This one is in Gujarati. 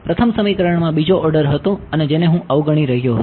પ્રથમ સમીકરણમાં બીજો ઓર્ડર હતો અને જેને હું અવગણી રહ્યો હતો